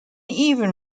even